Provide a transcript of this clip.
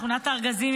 שכונת הארגזים,